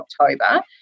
October